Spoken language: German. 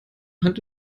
hand